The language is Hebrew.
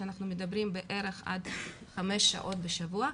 שאנחנו מדברים עד בערך 5 שעות בשבוע.